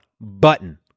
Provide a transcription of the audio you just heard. button